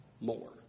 more